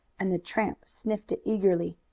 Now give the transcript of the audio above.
and the tramp sniffed it eagerly.